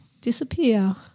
disappear